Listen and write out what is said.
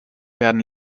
werden